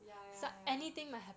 ya ya ya